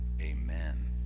Amen